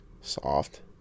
Soft